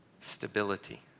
stability